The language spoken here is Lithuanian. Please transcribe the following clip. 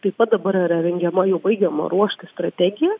taip pat dabar yra rengiama jau baigiama ruošti strategija